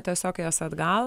tiesiog jas atgal